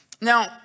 Now